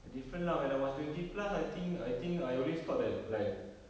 different lah when I was twenty plus I think I think I always thought that like